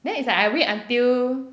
then it's like I wait until